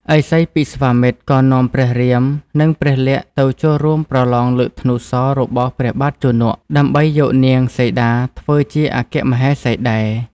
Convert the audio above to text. ឥសីពិស្វាមិត្រ ក៏នាំព្រះរាម និង ព្រះលក្សណ៍ទៅចូលរួមប្រឡងលើកធ្នូសររបស់ព្រះបាទជនក ដើម្បីយកនាងសីតាធ្វើជាអគ្គមហេសីដែរ។